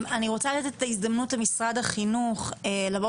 אני רוצה לתת את ההזדמנות למשרד החינוך לבוא